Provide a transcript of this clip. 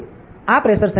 આ pressure sensor વિશે છે